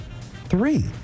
Three